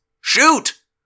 Shoot